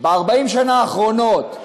ב-40 השנה האחרונות,